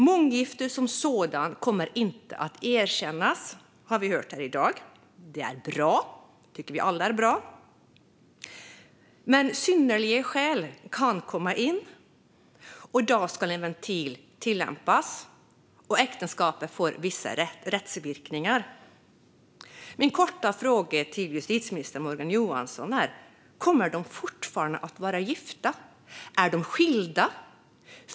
Månggifte som sådant kommer inte att erkännas, har vi hört här i dag. Vi tycker alla att detta är bra. Men synnerliga skäl kan komma in. Då ska en ventil tillämpas, och äktenskapet får vissa rättsverkningar. Min korta fråga till justitieminister Morgan Johansson är: Kommer personerna fortfarande att vara gifta? Är de skilda?